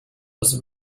was